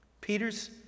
Peter's